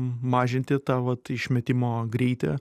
mažinti tą va išmetimo greitį